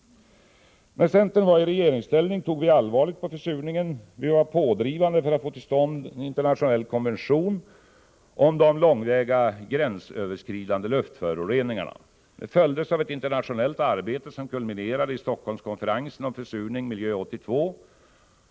När centern var i regeringsställning tog vi allvarligt på försurningen. Vi var pådrivande för att få till stånd den internationella konventionen om långväga gränsöverskridande luftföroreningar. Den följdes av ett internationellt arbete, som kulminerade i Stockholmskonferensen om försurning — Miljö 82.